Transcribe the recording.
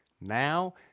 Now